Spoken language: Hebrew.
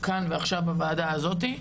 כאן ועכשיו בוועדה הזאתי,